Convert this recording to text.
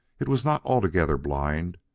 it was not altogether blind,